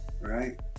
right